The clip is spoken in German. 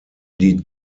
die